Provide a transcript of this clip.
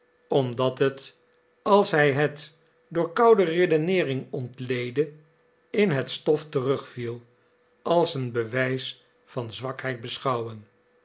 omdat het als hij het door koude redeneering ontleedde in het stof terugviel als een bewijs van zwakheid beschouwen